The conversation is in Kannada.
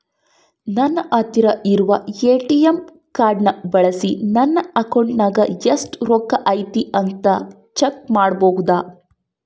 ನನ್ನ ಹತ್ತಿರ ಇರುವ ಎ.ಟಿ.ಎಂ ಕಾರ್ಡ್ ಬಳಿಸಿ ನನ್ನ ಅಕೌಂಟಿನಾಗ ಎಷ್ಟು ರೊಕ್ಕ ಐತಿ ಅಂತಾ ಚೆಕ್ ಮಾಡಬಹುದಾ?